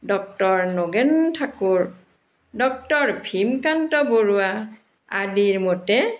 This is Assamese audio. ডক্টৰ নগেন ঠাকুৰ ডক্টৰ ভীমকান্ত বৰুৱা আদিৰ মতে